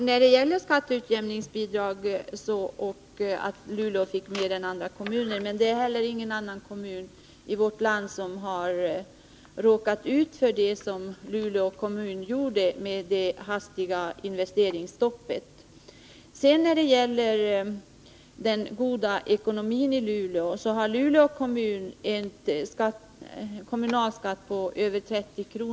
Herr talman! Kommunministern säger att Luleå kommun fick mer än andra kommuner i skatteutjämningsbidrag, men det är heller ingen annan kommun i vårt land som har råkat ut för en sådan sak som det plötsliga investeringsstoppet. När det sedan gäller det som kommunministern sade om Luleå kommuns goda ekonomi vill jag säga att kommunen har en kommunalskatt på över 30 kr.